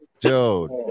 Dude